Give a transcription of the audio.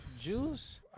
Juice